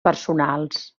personals